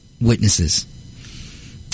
witnesses